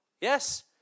Yes